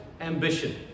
ambition